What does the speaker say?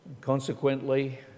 Consequently